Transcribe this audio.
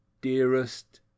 dearest